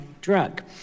drug